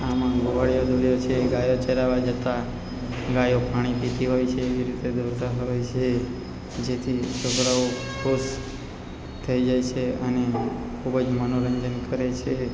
આમાં ગોવાળિયો દોર્યો છે ગાયો ચરાવા જતા ગાયો પાણી પીતી હોય છે એવી રીતે દોરતા હોય છે જેથી છોકરાઓ ખુશ થઈ જાય સે અને ખૂબ જ મનોરંજન કરે છે